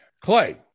Clay